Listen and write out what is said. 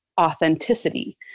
authenticity